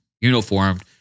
uniformed